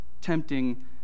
tempting